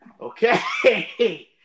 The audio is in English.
Okay